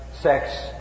sex